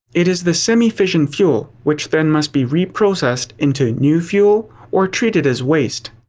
it is the semi-fissioned fuel which then must be reprocessed into new fuel, or treated as waste.